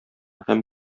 һәм